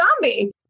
Zombie